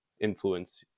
influence